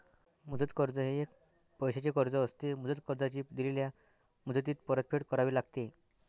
मुदत कर्ज हे एक पैशाचे कर्ज असते, मुदत कर्जाची दिलेल्या मुदतीत परतफेड करावी लागते